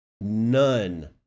None